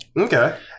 Okay